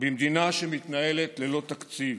במדינה שמתנהלת ללא תקציב,